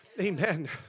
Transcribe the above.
Amen